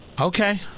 okay